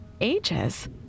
ages